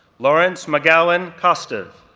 lawrence mcgowan kostiw,